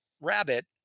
Rabbit